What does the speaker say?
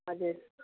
हजुर